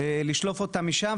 תודה רבה.